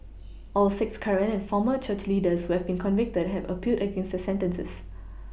all six current and former church leaders who have been convicted have appealed against their sentences